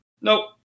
Nope